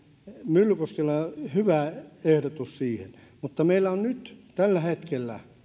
myllykoskella on hyvä ehdotus siihen mutta meillä on nyt tällä hetkellä